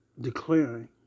declaring